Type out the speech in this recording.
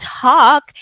Talk